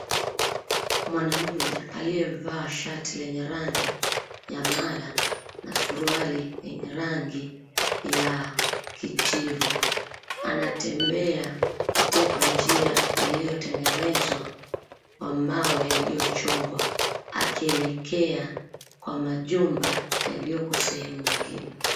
Mwanaume alivaa shati lenye rangi ya mala na suruali lenye rangi ya kijivu anatembea kupitia kwa njia iliyotengenezwa kwa mawe yaliyochongwa akielekea kwa majumba yaliyoko sehemu zengine.